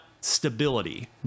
stability